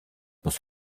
muss